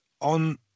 on